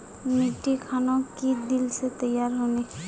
मिट्टी खानोक की दिले तैयार होने?